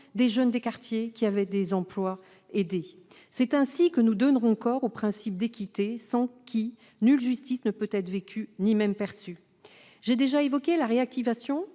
des jeunes des quartiers ont des emplois aidés. C'est ainsi que nous donnerons corps au principe d'équité, sans lequel nulle justice ne peut être vécue ni même perçue. J'ai déjà évoqué la réactivation